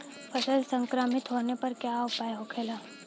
फसल संक्रमित होने पर क्या उपाय होखेला?